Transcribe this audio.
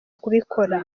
kubikora